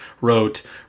wrote